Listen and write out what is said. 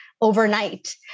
Overnight